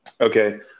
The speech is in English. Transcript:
Okay